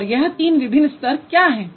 और यह तीन विभिन्न स्तर क्या हैं